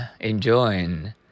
enjoying